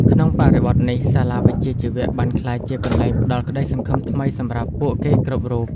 ក្នុងបរិបទនេះ សាលាវិជ្ជាជីវៈបានក្លាយជាកន្លែងផ្តល់ក្តីសង្ឃឹមថ្មីសម្រាប់ពួកគេគ្រប់រូប។